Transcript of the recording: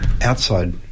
outside